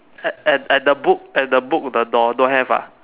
at at at the book at the book the door don't have ah